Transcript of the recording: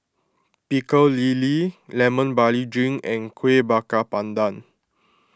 Pecel Lele Lemon Barley Drink and Kueh Bakar Pandan